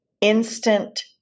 instant